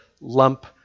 lump